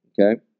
Okay